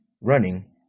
running